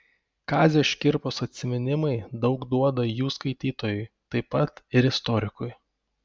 kazio škirpos atsiminimai daug duoda jų skaitytojui taip pat ir istorikui